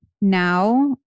now